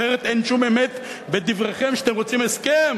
אחרת אין שום אמת בדבריכם שאתם רוצים הסכם,